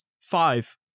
five